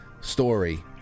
story